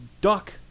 duck